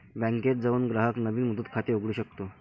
बँकेत जाऊन ग्राहक नवीन मुदत खाते उघडू शकतो